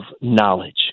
knowledge